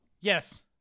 Yes